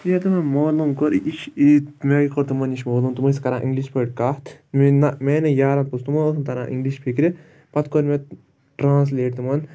ییٚلہِ تمو مولوم کوٚر یہِ چھِ میانہِ کھۄتہٕ تِمو نِش مولوٗم تِم ٲسۍ کَران اِنٛگِش پٲٹھۍ کتھ میٛٲنۍ میانیو یارو تِمن اوس نہٕ تَران اِنٛگلِش فِکرِ پَتہٕ کوٚر مےٚ ٹرٛانسلیٹ تِمَن یہِ